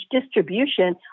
distribution